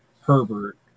Herbert